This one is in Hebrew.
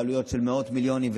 בעלויות של מאות מיליונים,